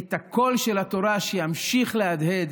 את הקול של התורה שימשיך להדהד